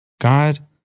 God